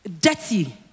dirty